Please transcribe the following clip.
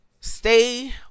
Stay